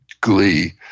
glee